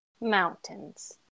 mountains